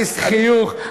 חיוך.